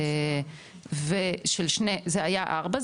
זה היה ארבע,